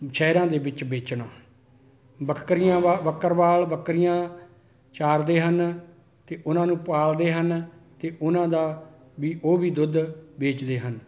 ਸ਼ਹਿਰਾਂ ਦੇ ਵਿੱਚ ਵੇਚਣਾ ਬੱਕਰੀਆਵਾਂ ਬੱਕਰਵਾਲ ਬੱਕਰੀਆਂ ਚਾਰਦੇ ਹਨ ਅਤੇ ਉਹਨਾਂ ਨੂੰ ਪਾਲਦੇ ਹਨ ਅਤੇ ਉਹਨਾਂ ਦਾ ਵੀ ਉਹ ਵੀ ਦੁੱਧ ਵੇਚਦੇ ਹਨ